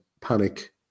panic